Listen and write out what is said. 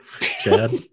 Chad